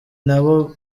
nabo